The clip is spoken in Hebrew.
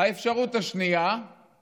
האפשרות השנייה היא